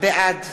בעד